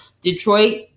Detroit